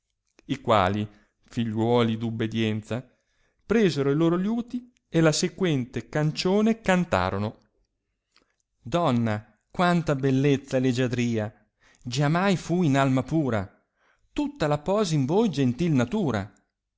i quali figliuoli d ubbidienza presero i loro liuti e la sequente cancione cantarono donna quanta bellezza e leggiadria giamai fu in alma pura tutta la pose in voi gentil natura